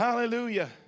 hallelujah